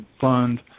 fund